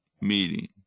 meeting